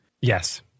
Yes